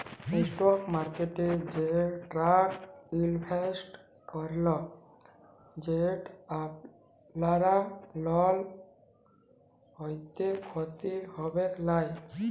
stock মার্কেটে সে টাকাট ইলভেসেট করুল যেট আপলার লস হ্যলেও খ্যতি হবেক লায়